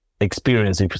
experience